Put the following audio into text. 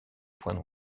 points